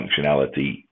functionality